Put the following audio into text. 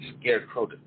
Scarecrow